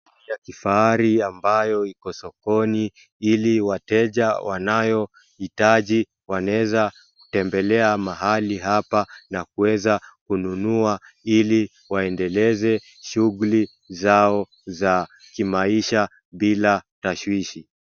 Magari ya kifahari ambayo iko sokoni, ili wateja wanayohitaji wanaweza kutembelea mahali hapa, na kuweza kununua, ili waendeleze shughuli zao za kimaisha bila tashwishi.